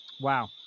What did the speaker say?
Wow